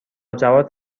جواد